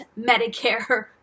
Medicare